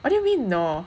what do you mean no